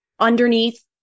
underneath